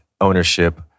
ownership